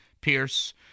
Pierce